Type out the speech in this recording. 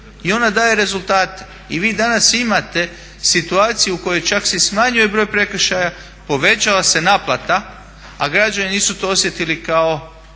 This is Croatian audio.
i ona daje rezultate. I vi danas imate situaciju u kojoj čak se i smanjuje broj prekršaja, povećava se naplata, a građani nisu to osjetili kao